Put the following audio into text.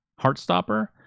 Heartstopper